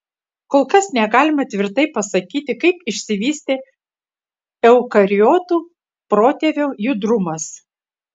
kol kas negalima tvirtai pasakyti kaip išsivystė eukariotų protėvio judrumas